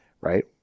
right